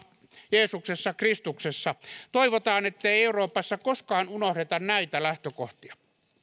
jeesuksessa kristuksessa toivotaan ettei euroopassa koskaan unohdeta näitä lähtökohtia